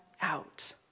out